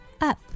up